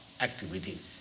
activities